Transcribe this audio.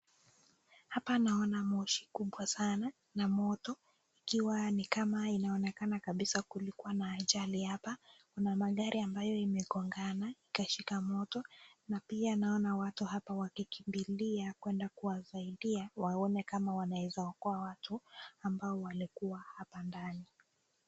Hapa naona moshi kubwa sana na moto. Ikiwa ni kama inaonekana kabisa kulikuwa na ajali hapa. Kuna magari ambayo imegongana, ikashika moto. Na pia naona watu hapa wakikimbilia kwenda kuwasaidia waone kama wanaweza okoa watu ambao walikuwa hapa ndani.